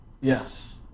Yes